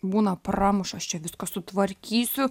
būna pramuša aš čia viską sutvarkysiu